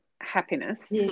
happiness